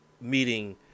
meeting